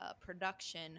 production